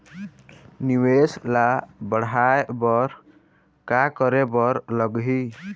निवेश ला बड़हाए बर का करे बर लगही?